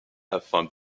afin